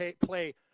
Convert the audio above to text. play